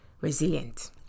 resilient